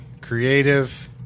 creative